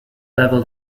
level